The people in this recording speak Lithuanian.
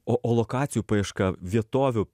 o o lokacijų paieška vietovių